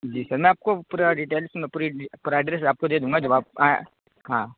جی sir میں آپ کو پورا ڈٹیلس میں پوری پورا ایڈریس آپ کو دے دوں گا جب آپ آئیں ہاں